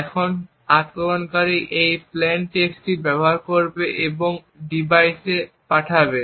এখন আক্রমণকারী একই প্লেইন টেক্সট ব্যবহার করবে এবং ডিভাইসে পাঠাবে